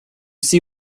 see